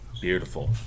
Beautiful